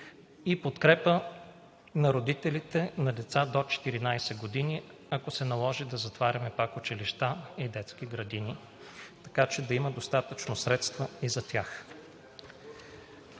и подкрепа на родителите на деца до 14 години, ако се наложи да затваряме пак училища и детски градини, така че да има достатъчно средства и за тях.